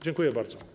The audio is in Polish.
Dziękuję bardzo.